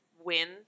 win